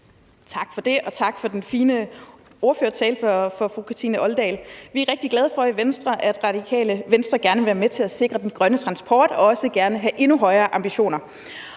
Tak for det, og tak for den fine ordførertale fra fru Kathrine Olldag. Vi er rigtig glade for, i Venstre, at Radikale Venstre gerne vil være med til at sikre den grønne transport og også gerne vil have endnu højere ambitioner.